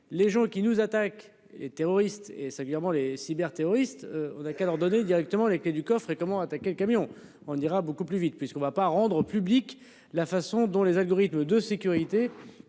Les gens qui nous attaquent et terroristes et singulièrement les cyber terroriste. On a qu'à leur donner directement les clés du coffre et comment attaquer le camion, on ira beaucoup plus vite, puisqu'on va pas rendre publique la façon dont les algorithmes de sécurité.